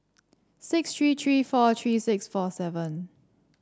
six three three four three six four seven